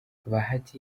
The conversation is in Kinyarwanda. bahati